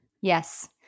Yes